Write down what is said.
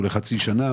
הוא לחצי שנה,